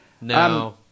No